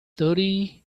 thirty